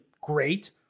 great